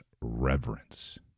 reverence